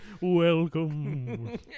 Welcome